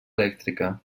elèctrica